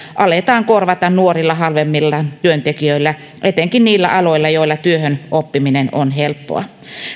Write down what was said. aletaan korvata nuorilla halvemmilla työntekijöillä etenkin niillä aloilla joilla työhön oppiminen on helppoa